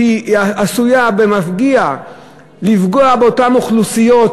שעשויה במפגיע לפגוע באותן אוכלוסיות